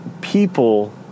people